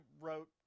wrote